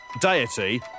deity